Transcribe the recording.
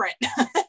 different